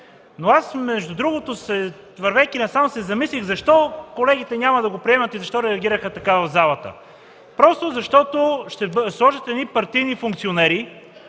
да бъде публичен. Вървейки насам се замислих, защо колегите няма да го приемат и защо реагираха така в залата? Защото ще сложат едни партийни функционери,